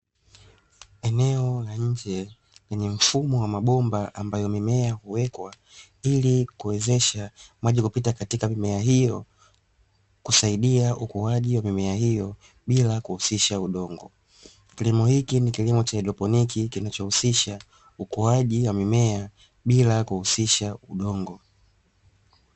Eneo la nje lenye mfumo wa mabomba ambayo mimea huwekwa ili kuwezesha maji kupita katika mimea hiyo, kusaidia ukuaji wa mimea hiyo bila kuhusisha udongo. Kilimo hiki ni kilimo cha haidroponi kinachohusisha ukuaji wa mimea bila kuhusisha udongo.